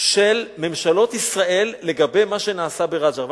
של ממשלות ישראל לגבי מה שנעשה ברג'ר.